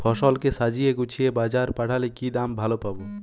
ফসল কে সাজিয়ে গুছিয়ে বাজারে পাঠালে কি দাম ভালো পাব?